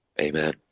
Amen